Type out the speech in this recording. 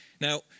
Now